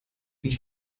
wie